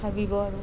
ভাবিব আৰু